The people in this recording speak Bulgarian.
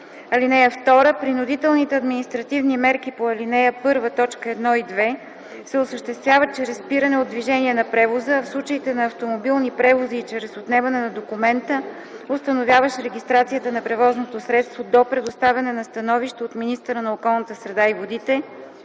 (2) Принудителните административни мерки по ал. 1, т. 1 и 2, се осъществяват чрез спиране от движение на превоза, а в случаите на автомобилни превози – и чрез отнемане на документа, установяващ регистрацията на превозното средство до представяне на становище от министъра на околната среда и водите